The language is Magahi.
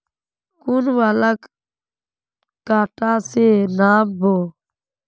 कौन वाला कटा से नाप बो?